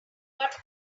but